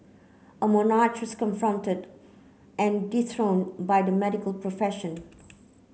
a monarch was confronted and dethroned by the medical profession